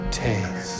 taste